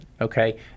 okay